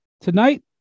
Tonight